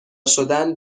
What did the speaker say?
شدن